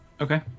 okay